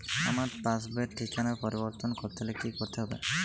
আমার পাসবই র ঠিকানা পরিবর্তন করতে হলে কী করতে হবে?